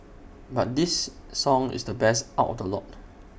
but this song is the best out A lot